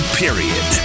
period